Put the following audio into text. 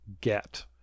get